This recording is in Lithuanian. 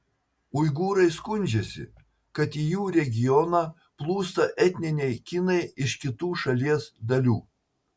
uigūrai skundžiasi kad į jų regioną plūsta etniniai kinai iš kitų šalies dalių